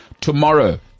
Tomorrow